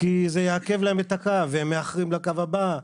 כי זה יעכב להם את הקו והם מאחרים לקו הבא.